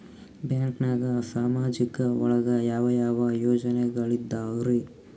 ಬ್ಯಾಂಕ್ನಾಗ ಸಾಮಾಜಿಕ ಒಳಗ ಯಾವ ಯಾವ ಯೋಜನೆಗಳಿದ್ದಾವ್ರಿ?